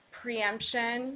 preemption